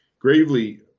Gravely